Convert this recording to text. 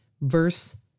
verse